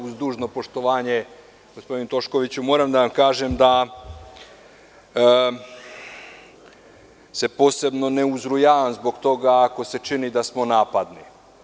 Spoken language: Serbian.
Uz dužno poštovanje gospodina Toškoviću, moram da vam kažem da se posebno ne uzrujavam zbog toga ako se čini da smo napadni.